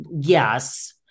yes